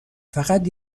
فقط